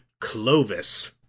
Clovis